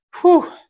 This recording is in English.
whew